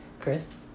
Chris